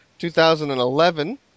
2011